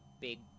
big